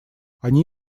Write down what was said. они